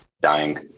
dying